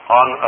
on